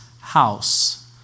house